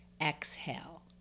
Exhale